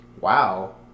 Wow